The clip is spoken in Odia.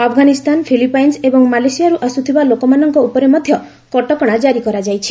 ଆଫଗାନିସ୍ତାନ ଫିଲିପାଇନ୍ସ ଏବଂ ମାଲେସିଆରୁ ଆସୁଥିବା ଲୋକମାନଙ୍କ ଉପରେ ମଧ୍ୟ କଟକଣା ଜାରି କରାଯାଇଛି